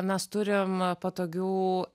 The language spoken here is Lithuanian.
mes turim patogių